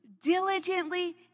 diligently